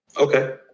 Okay